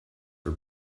for